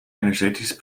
energetisch